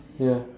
ya